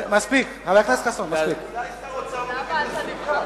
אולי שר האוצר לא מבין את הסוגיה.